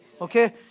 Okay